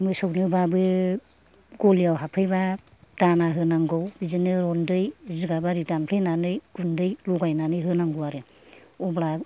मोसौनोबाबो गलियाव हाबफैबा दाना होनांगौ बिदिनो रन्दै जिगाब आरि दानफ्लेनानै गुनदै लगायनानै होनांगौ आरो अब्ला